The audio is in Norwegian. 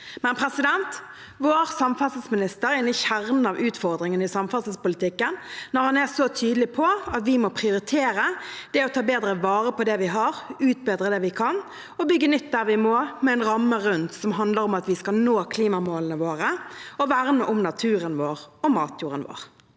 Men vår samferdselsminister er inne i kjernen av utfordringen i samferdselspolitikken når han er så tydelig på at vi må prioritere det å ta bedre vare på det vi har, utbedre det vi kan, og bygge nytt der vi må, med en ramme rundt som handler om at vi skal nå klimamålene våre og verne om naturen vår og matjorden vår.